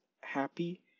happy